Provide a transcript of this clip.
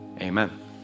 Amen